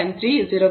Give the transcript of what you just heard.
3 0